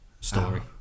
story